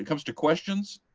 comes to questions,